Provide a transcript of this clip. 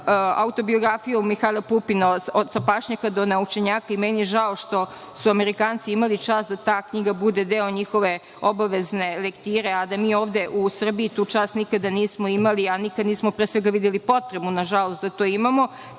čitali autobiografiju Mihajla Pupina „Sa pašnjaka do naučenjaka“. Meni je žao što su Amerikanci imali čast da ta knjiga bude deo njihove obavezne lektire, a da mi ovde u Srbiji tu čast nikada nismo imali, a da nikada, pre svega, videli potrebu, nažalost, da to imamo,